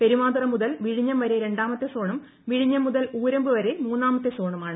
പെരുമാതുറ മുതൽ വിഴിഞ്ഞം വരെ രണ്ടാമത്തെ സോണും വിഴിഞ്ഞം മുതൽ ഊരമ്പ് വരെ മൂന്നാമത്തെ സോണുമാണ്